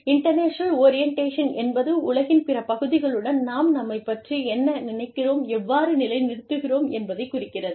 international orientation என்பது உலகின் பிற பகுதிகளுடன் நாம் நம்மைப் பற்றி என்ன நினைக்கிறோம் எவ்வாறு நிலைநிறுத்துகிறோம் என்பதைக் குறிக்கிறது